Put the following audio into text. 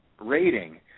rating